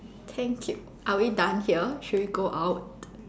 thank you are we done here should we go out